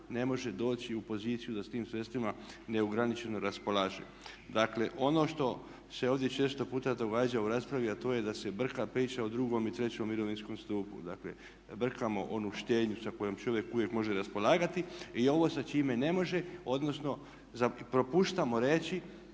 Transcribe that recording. ne može doći u poziciju da sa tim sredstvima neograničeno raspolaže. Dakle ono što se ovdje često puta događa u raspravi a to je da se brka priča o drugom i trećem mirovinskom stupu. Dakle brkamo onu štednju sa kojom čovjek uvijek može raspolagati i ovo sa čime ne može, odnosno propuštamo reći